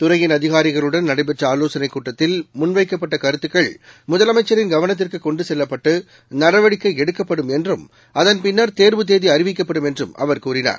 துறையின் அதிகாரிகளுடன் நடைபெற்றஆலோசனைக் கூட்டத்தில் முன்வைக்கப்பட்டகருத்துக்கள் முதலனமச்சரின் கவனத்திற்குகொண்டுசெல்லப்பட்டுநடவடிக்கைஎடுக்கப்படும் என்றும் அதன் பின்னர் தேர்வு தேதிஅறிவிக்கப்படும் என்றும் அவர் கூறினார்